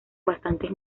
bastante